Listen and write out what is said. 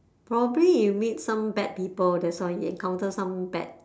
probably you meet some bad people that's why you encounter some bad